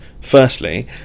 firstly